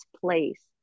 place